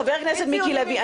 חבר הכנסת מיקי לוי,